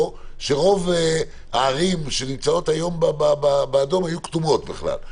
לפיה רוב הערים שנמצאות היום באדום היו בכלל כתומות.